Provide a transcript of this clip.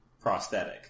prosthetic